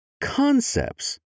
concepts